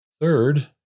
Third